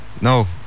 No